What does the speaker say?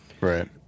Right